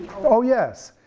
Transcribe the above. oh yes,